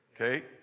Okay